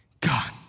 God